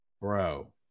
bro